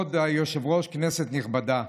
כבוד היושב-ראש, כנסת נכבדה,